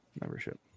membership